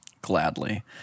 Gladly